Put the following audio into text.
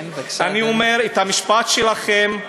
אני אומר את המשפט שלכם: